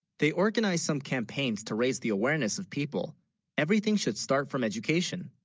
they, organized, some campaigns to raise the awareness of people everything should start from education